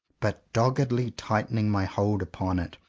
but doggedly tightening my hold upon it,